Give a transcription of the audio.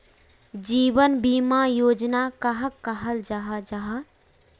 जीवन बीमा योजना कहाक कहाल जाहा जाहा?